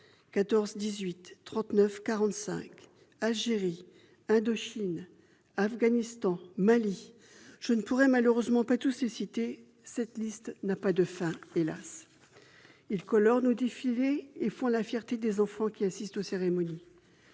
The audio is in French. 14-18, 39-45, Algérie, Indochine, Afghanistan, Mali ... Je ne pourrai malheureusement toutes les citer, cette liste n'ayant, hélas, pas de fin. Ces drapeaux colorent nos défilés et font la fierté des enfants qui assistent aux cérémonies.